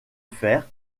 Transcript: faire